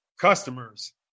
customers